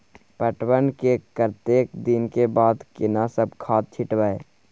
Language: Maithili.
पटवन के कतेक दिन के बाद केना सब खाद छिटबै?